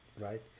right